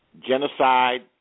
genocide